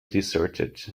deserted